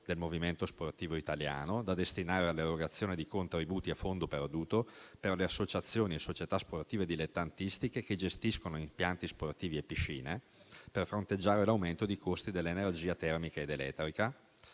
del movimento sportivo italiano, da destinare all'erogazione di contributi a fondo perduto per associazioni e società sportive dilettantistiche che gestiscono impianti sportivi e piscine per fronteggiare l'aumento dei costi dell'energia termica ed elettrica.